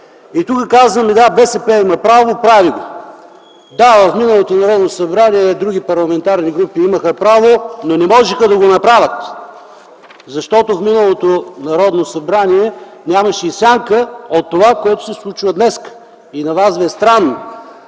Тук казваме: „Да, БСП има право, прави го”. Да, но в миналото Народно събрание други парламентарни групи имаха право, но не можеха да го направят, защото в миналото Народно събрание нямаше и сянка от това, което се случва днес. На вас ви е странно